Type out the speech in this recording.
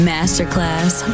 Masterclass